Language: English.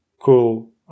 cool